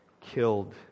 killed